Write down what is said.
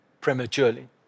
prematurely